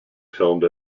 filmed